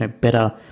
better